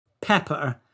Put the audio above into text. pepper